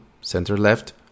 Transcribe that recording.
center-left